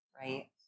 Right